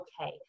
okay